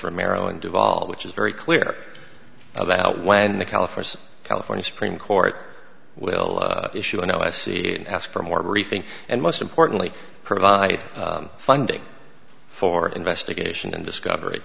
from maryland deval which is very clear about when the california california supreme court will issue a no i c ask for more briefing and most importantly provide funding for investigation and discovery